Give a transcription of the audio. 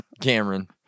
Cameron